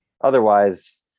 Otherwise